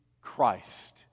Christ